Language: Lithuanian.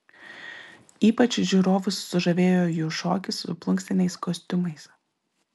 ypač žiūrovus sužavėjo jų šokis su plunksniniais kostiumais